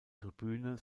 tribüne